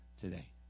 today